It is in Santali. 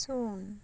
ᱥᱩᱱ